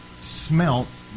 smelt